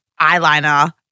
eyeliner